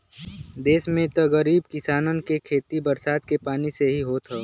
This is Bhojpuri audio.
देस में त गरीब किसानन के खेती बरसात के पानी से ही होत हौ